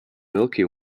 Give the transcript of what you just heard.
milky